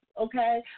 Okay